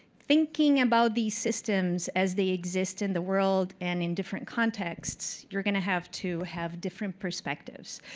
thinking about these systems as they exist in the world and in different contexts, you're going to have to have different perspectives.